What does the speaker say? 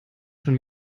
schon